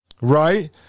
right